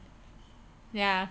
yeah